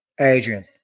Adrian